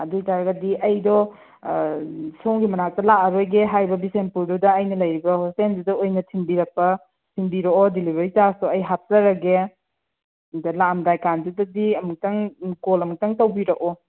ꯑꯗꯨ ꯑꯣꯏ ꯇꯥꯔꯒꯗꯤ ꯑꯩꯗꯣ ꯁꯣꯝꯒꯤ ꯃꯅꯥꯛꯇ ꯂꯥꯛꯑꯔꯣꯏꯒꯦ ꯍꯥꯏꯔꯗꯤ ꯕꯤꯁꯦꯝꯄꯨꯔꯗꯨꯗ ꯑꯩꯅ ꯂꯩꯔꯤꯕ ꯍꯣꯁꯇꯦꯜꯗꯨꯗ ꯑꯣꯏꯅ ꯊꯤꯟꯕꯤꯔꯛꯄ ꯊꯤꯟꯕꯤꯔꯛꯑꯣ ꯗꯤꯂꯤꯚꯔꯤ ꯆꯥꯔꯖꯇꯣ ꯑꯩ ꯍꯥꯞꯆꯔꯒꯦ ꯑꯗ ꯂꯥꯛꯑꯝꯗꯥꯏ ꯀꯥꯟꯗꯨꯗꯗꯤ ꯑꯃꯨꯛꯇꯪ ꯀꯣꯜ ꯑꯃꯨꯛꯇꯪ ꯇꯧꯕꯤꯔꯛꯑꯣ